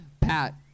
Pat